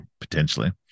potentially